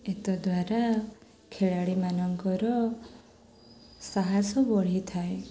ଏତଦ୍ୱାରା ଖେଳାଳିମାନଙ୍କର ସାହସ ବଢ଼ିଥାଏ